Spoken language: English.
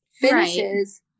finishes